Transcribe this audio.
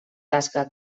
tasca